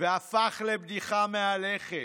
והפך לבדיחה מהלכת.